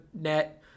net